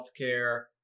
healthcare